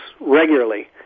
regularly